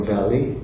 Valley